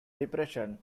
depression